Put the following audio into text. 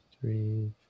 three